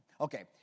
okay